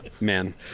Man